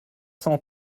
cent